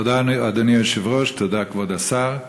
תודה, אדוני היושב-ראש, תודה, כבוד השר.